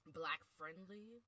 black-friendly